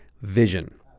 vision